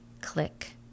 Click